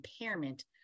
impairment